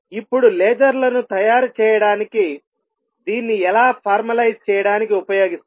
ఇప్పుడు లేజర్లను తయారు చేయడానికి దీన్ని ఎలా ఫార్మలైజ్ చేయడానికి ఉపయోగిస్తారు